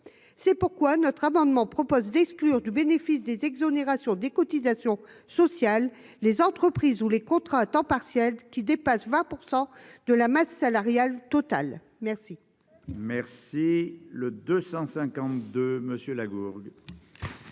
C'est pourquoi notre amendement vise à exclure du bénéfice des exonérations de cotisations sociales les entreprises où les contrats à temps partiel représentent plus de 20 % de la masse salariale totale.